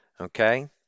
Okay